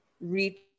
reach